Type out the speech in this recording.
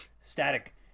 Static